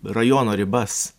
rajono ribas